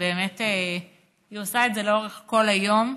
באמת, היא עושה את זה לאורך כל היום.